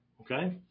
Okay